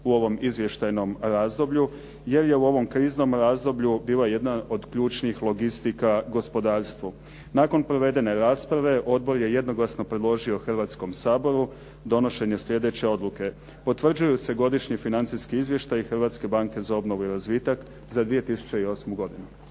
u ovom izvještajnom razdoblju jer je u ovom kriznom razdoblju bila jedna od ključnih logistika gospodarstvo. Nakon provedene rasprave odbor je jednoglasno predložio Hrvatskom saboru donošenje slijedeće odluke. "Potvrđuju se Godišnji financijski izvještaji Hrvatske banke za obnovu i razvitak za 2008. godinu."